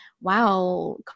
wow